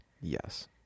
yes